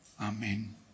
Amen